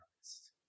Christ